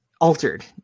altered